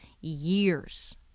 years